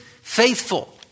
faithful